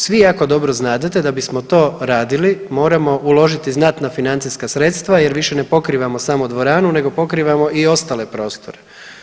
Svi jako dobro znadete da bismo to radili moramo uložiti znatna financijska sredstva jer više ne pokrivamo samo dvoranu nego pokrivamo i ostali prostor.